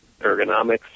ergonomics